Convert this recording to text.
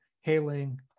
hailing